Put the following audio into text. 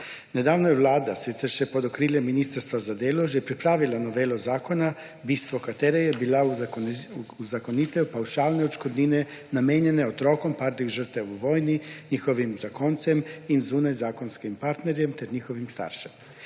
Nedavno je Vlada, sicer še pod okriljem Ministrstva za delo, že pripravila novelo zakona, bistvo katere je bila uzakonitev pavšalne odškodnine, namenjene otrokom padlih žrtev v vojni, njihovim zakoncem in zunajzakonskim partnerjem ter njihovim staršem.